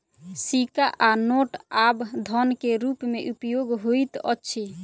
सिक्का आ नोट आब धन के रूप में उपयोग होइत अछि